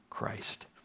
Christ